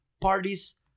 Parties